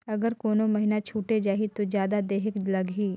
अगर कोनो महीना छुटे जाही तो जादा देहेक लगही?